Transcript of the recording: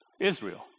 Israel